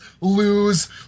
Lose